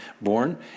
born